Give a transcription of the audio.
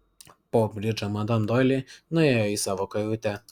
po bridžo madam doili nuėjo į savo kajutę